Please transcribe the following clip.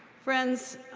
friends,